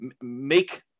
make